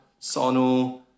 Sonu